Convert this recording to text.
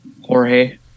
Jorge